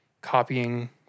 copying